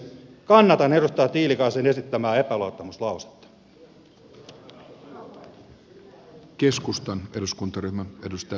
kannatan edustaja tiilikaisen esittämää epäluottamuslausetta